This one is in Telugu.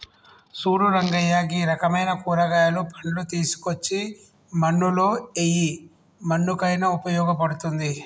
సూడు రంగయ్య గీ రకమైన కూరగాయలు, పండ్లు తీసుకోచ్చి మన్నులో ఎయ్యి మన్నుకయిన ఉపయోగ పడుతుంది